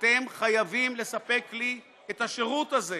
אתם חייבים לספק לי את השירות הזה.